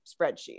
spreadsheet